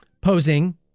posing